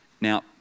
Now